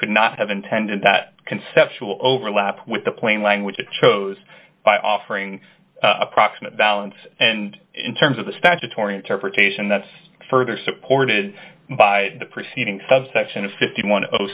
could not have intended that conceptual overlap with the plain language it chose by offering approximate balance and in terms of the statutory interpretation that's further supported by the preceding subsection a fi